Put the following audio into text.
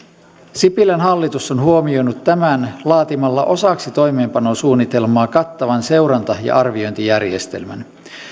sipilän hallitus on huomioinut tämän laatimalla osaksi toimeenpanosuunnitelmaa kattavan seuranta ja arviointijärjestelmän